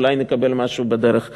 אולי נקבל משהו בדרך אחרת.